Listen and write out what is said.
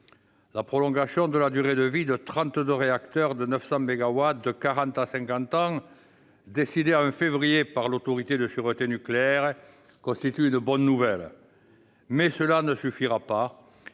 La prolongation de la durée de vie des 32 réacteurs de 900 mégawatts de quarante à cinquante ans, décidée en février par l'Autorité de sûreté nucléaire, constitue une bonne nouvelle, mais cela ne suffira pas